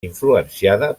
influenciada